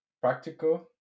practical